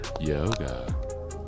yoga